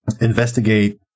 investigate